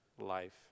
life